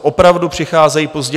Opravdu přicházejí pozdě.